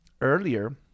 earlier